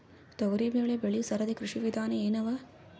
ತೊಗರಿಬೇಳೆ ಬೆಳಿ ಸರದಿ ಕೃಷಿ ವಿಧಾನ ಎನವ?